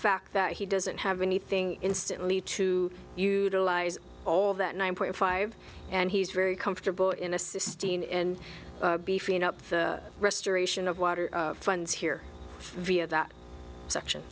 fact that he doesn't have anything instantly true lies all that nine point five and he's very comfortable in assisting in beefing up the restoration of water funds here via that section